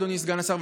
אדוני סגן השר,